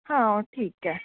हो ठीक आहे